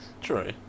True